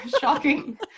Shocking